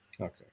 Okay